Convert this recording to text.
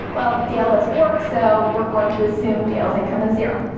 well, dale doesn't work. so we're going to assume dale's income is zero.